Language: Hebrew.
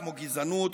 כמו גזענות,